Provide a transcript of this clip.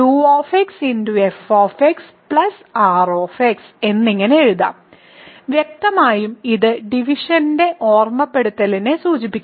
f r എന്നിങ്ങനെ എഴുതാം വ്യക്തമായും ഈ ഡിവിഷന്റെ ഓർമ്മപ്പെടുത്തലിനെ സൂചിപ്പിക്കുന്നു